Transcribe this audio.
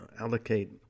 allocate